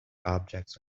objects